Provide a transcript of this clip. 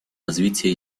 развития